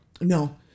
No